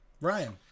Ryan